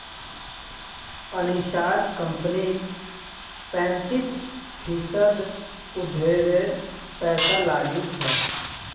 अनीशार कंपनीत पैंतीस फीसद उधारेर पैसा लागिल छ